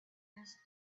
else